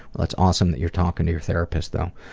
that's awesome that you're talking to your therapist, though.